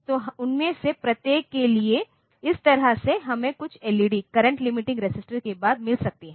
तो उनमें से प्रत्येक के लिए इस तरह से हमे कुछ एलईडी करंट लिमिटिंग रेसिस्टर के बाद मिल सकती है